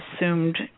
assumed